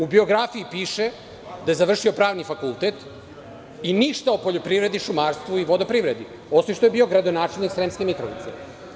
U biografiji piše da je završio Pravni fakultet i ništa o poljoprivredi, šumarstvu i vodoprivredi, osim što je bio gradonačelnik Sremske Mitrovice.